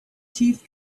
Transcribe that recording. teeth